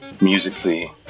musically